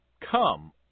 Come